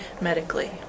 medically